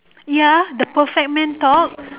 ya the perfect man talks